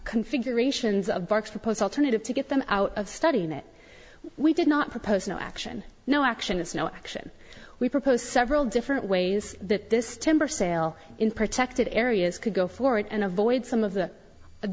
configurations of bugs proposed alternative to get them out of study that we did not propose no action no action is no action we propose several different ways that this timber sale in protected areas could go forward and avoid some of the